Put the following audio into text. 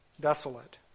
desolate